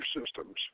systems